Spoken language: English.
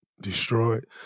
destroyed